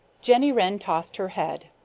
jenny wren tossed her head.